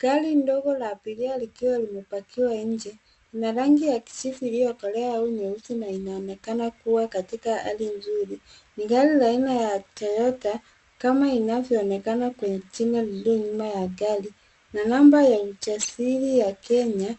Gari ndogo la abiria likiwa limepakiwa nje. Lina rangi ya kijivu iliyokolea au nyeusi na inaonekana kuwa katika hali nzuri. Ni gari la aina ya Toyota, kama inavyoonekana kwenye jina lililo nyuma ya gari na namba ya usajili ya Kenya.